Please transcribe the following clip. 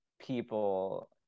people